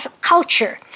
culture